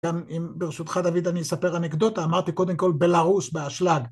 גם אם ברשותך דוד אני אספר אנקדוטה, אמרתי קודם כל בלרוס, באשלג.